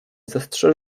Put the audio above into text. zastrze